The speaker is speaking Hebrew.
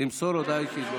למסור הודעה אישית.